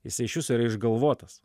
jisai iš viso yra išgalvotas